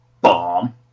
bomb